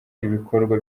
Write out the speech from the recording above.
ibikorwa